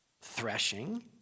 threshing